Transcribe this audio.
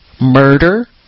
Murder